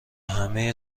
همه